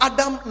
Adam